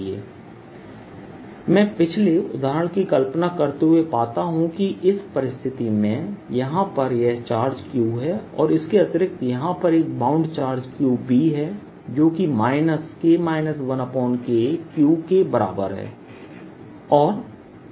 b e4πQKrr2 K 1KQδ मैं पिछले उदाहरण की कल्पना करते हुए पाता हूं कि इस परिस्थिति में यहां पर यह चार्ज Q है और इसके अतिरिक्त यहां पर एक बाउंड चार्ज Qb है जो कि K 1KQ के बराबर है